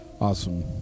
awesome